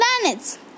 planets